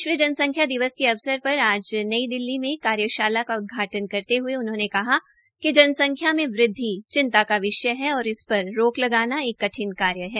विश्व जनसंख्या के अवसर आज नई दिल्ली में कार्यशाला का उदघाटन करते हये उन्होंने कहा कि जनसंख्या में वृद्वि चिंता का विषय है और इस पर रोक लगाना एक कठिन कार्य है